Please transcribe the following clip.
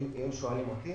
שואלים אותי